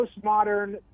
postmodern